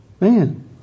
man